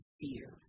fear